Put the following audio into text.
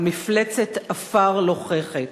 המפלצת עפר לוחכת".